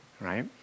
right